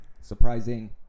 surprising